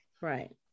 Right